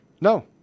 No